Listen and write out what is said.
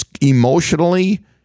emotionally